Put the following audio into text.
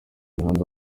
muhanda